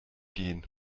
gehen